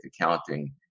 accounting